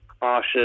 cautious